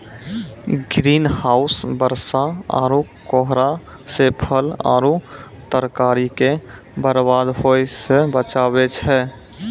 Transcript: green house बरसा आरु कोहरा से फल आरु तरकारी के बरबाद होय से बचाबै छै